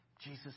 Jesus